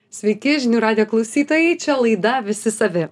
sveiki žinių radijo klausytojai čia laida visi savi